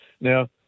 Now